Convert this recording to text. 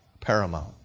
paramount